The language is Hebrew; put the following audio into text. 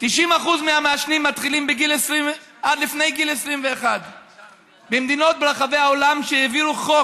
90% מהמעשנים מתחילים עוד לפני גיל 21. במדינות ברחבי העולם שהעבירו חוק